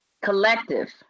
collective